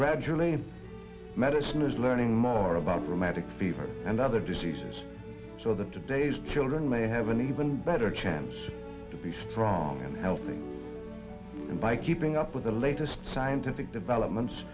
gradually medicine is learning more about dramatic fevers and other diseases so that today's children may have an even better chance to be strong and healthy and by keeping up with the latest scientific developments